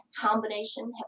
combination